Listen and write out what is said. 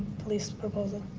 police proposal.